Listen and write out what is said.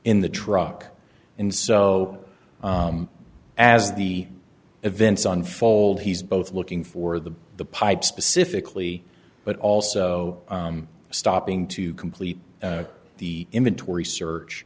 in the truck and so as the events unfold he's both looking for the the pipe specifically but also stopping to complete the inventory search